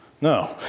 No